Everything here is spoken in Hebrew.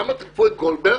למה תקפו את גולדברג?